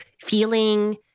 feeling